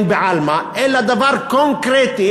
בעלמא אלא דבר קונקרטי.